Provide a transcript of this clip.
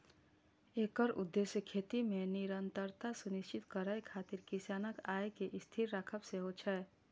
एकर उद्देश्य खेती मे निरंतरता सुनिश्चित करै खातिर किसानक आय कें स्थिर राखब सेहो छै